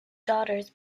daughters